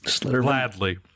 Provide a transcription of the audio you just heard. Gladly